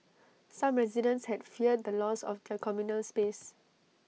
some residents had feared the loss of their communal space